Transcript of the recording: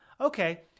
okay